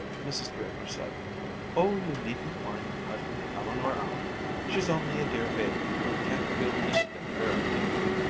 mrs. draper said oh, you needn't mind cutting eleanor out she's only a dear baby who can't feel anything very deeply.